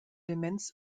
demenz